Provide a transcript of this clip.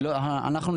אנחנו,